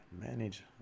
manage